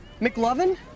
McLovin